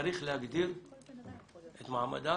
צריך להגדיר את מעמדה